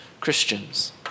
Christians